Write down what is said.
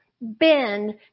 bend